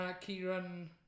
Kieran